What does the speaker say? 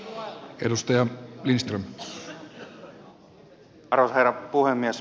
arvoisa herra puhemies